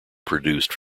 produced